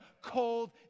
cold